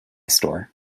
store